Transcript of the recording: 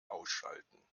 ausschalten